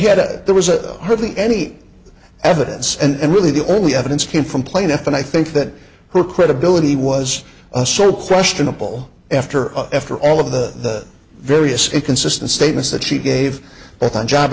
had a there was a hardly any evidence and really the only evidence came from plaintiff and i think that her credibility was a sort of questionable after after all of the various inconsistent statements that she gave both on job